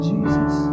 Jesus